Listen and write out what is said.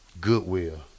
Goodwill